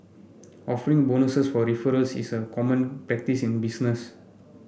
offering bonuses for referrals is a common practice in business